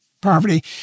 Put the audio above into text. poverty